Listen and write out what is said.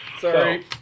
Sorry